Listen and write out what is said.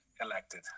elected